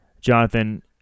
Jonathan